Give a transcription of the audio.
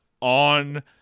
on –